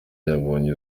yabonye